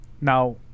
Now